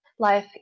Life